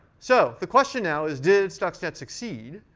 so the question now is, did stuxnet succeed?